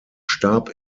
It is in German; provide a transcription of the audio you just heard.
starb